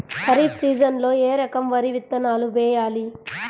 ఖరీఫ్ సీజన్లో ఏ రకం వరి విత్తనాలు వేయాలి?